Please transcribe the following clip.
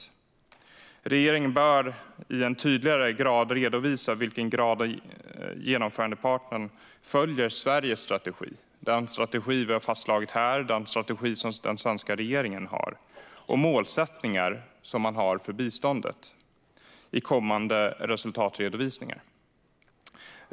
I kommande resultatredovisningar bör regeringen tydligare redovisa i vilken grad genomförandepartnern följer Sveriges strategi - den strategi vi har fastslagit här, den strategi som den svenska regeringen har - och målsättningar för biståndet.